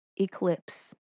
eclipse